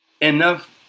enough